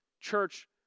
church